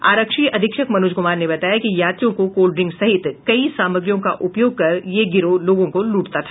आरक्षी अधीक्षक मनोज कुमार ने बताया कि यात्रियों कोल्ड ड्रिंग सहित कई सामग्रियों का उपयोग कर यह गिरोह लोगों को लूटता था